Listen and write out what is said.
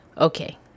Okay